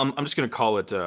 um i'm just gonna call it ah